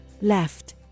Left